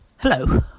Hello